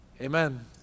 Amen